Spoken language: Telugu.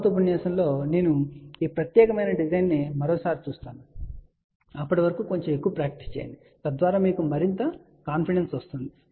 తరువాతి ఉపన్యాసంలో నేను ఈ ప్రత్యేకమైన డిజైన్ను మరోసారి చూస్తాను కాని అప్పటి వరకు కొంచెం ఎక్కువ ప్రాక్టీస్ చేయండి తద్వారా మీకు మరింత కాన్ఫిడెన్స్ పెరుగుతుంది